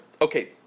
Okay